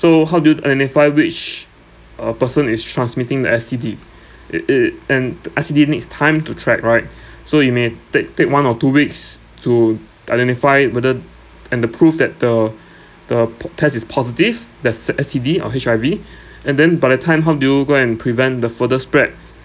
so how do you identify which uh person is transmitting the S_T_D it it and S_T_D needs time to track right so you may take take one or two weeks to identify whether and the proof that the the po~ test is positive that's a S_T_D or H_I_V and then by the time how do you go and prevent the further spread